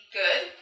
good